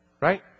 right